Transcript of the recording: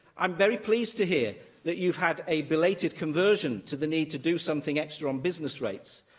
i'm very pleased to hear that you've had a belated conversion to the need to do something extra on business rates,